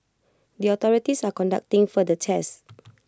the authorities are conducting further tests